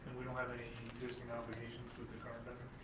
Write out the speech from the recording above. we don't have any existing obligations with the current vendor?